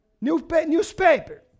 newspaper